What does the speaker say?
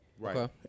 Right